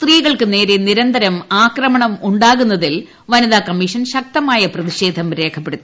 സ്ത്രീകൾക്ക് നേരെ നിരന്തരം അക്രമണമുണ്ടാവുന്നതിൽ വനിതാ കമ്മീഷൻ ശക്തമായ പ്രതിഷേധം രേഖപ്പെടുത്തി